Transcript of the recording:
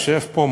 יושב פה,